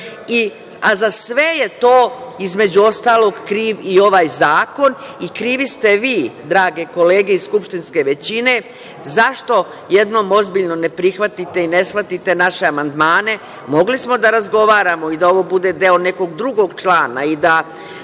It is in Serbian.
sve je to, između ostalog, kriv i ovaj zakon i krivi ste vi drage kolege iz skupštinske većine, zašto jednom ozbiljno ne prihvatite i ne shvatite naše amandmane. Mogli smo da razgovaramo i da ovo bude deo nekog drugog člana i da